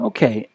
Okay